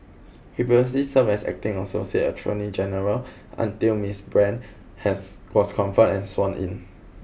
he previously served as acting associate attorney general until Miss Brand has was confirmed and sworn in